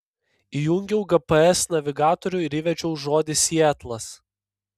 įjungiau gps navigatorių ir įvedžiau žodį sietlas